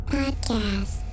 podcast